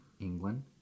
England